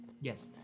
Yes